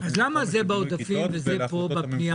כיתות ו --- אז למה זה בעודפים וזה פה בפנייה?